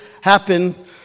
happen